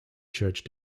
church